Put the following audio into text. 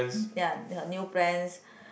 ya her new plans